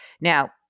Now